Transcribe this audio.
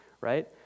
right